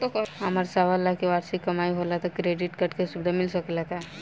हमार सवालाख के वार्षिक कमाई होला त क्रेडिट कार्ड के सुविधा मिल सकेला का?